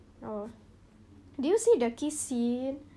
oh did you see the kiss scene